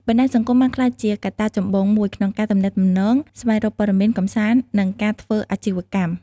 បណ្តាញសង្គមបានក្លាយជាកត្តាចម្បងមួយក្នុងការទំនាក់ទំនង ស្វែងរកព័ត៌មាន កម្សាន្ត និងការធ្វើអាជីវកម្ម។